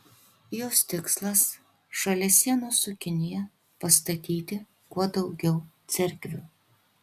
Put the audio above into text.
jos tikslas šalia sienos su kinija pastatyti kuo daugiau cerkvių